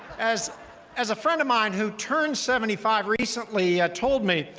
as as a friend of mine who turned seventy five recently ah told me,